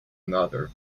another